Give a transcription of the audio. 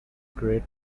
great